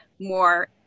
more